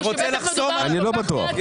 אני לא בטוח.